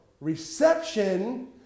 reception